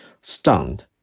stunned